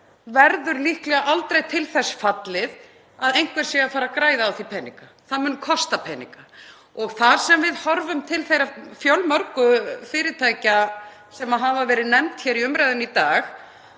verður líklega aldrei til þess fallið að einhver sé að fara að græða á því peninga. Það mun kosta peninga. Ef við horfum til þeirra fjölmörgu fyrirtækja sem hafa verið nefnd hér í umræðunni í dag